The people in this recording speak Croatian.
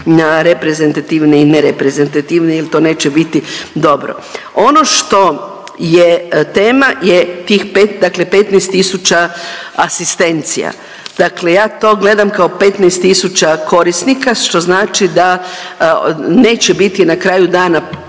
reprezentativne i nereprezentativne jer to neće biti dobro. Ono što je tema je tih 15000 asistencija. Dakle, ja to gledam kao 15000 korisnika što znači da neće biti na kraju dana